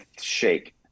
shake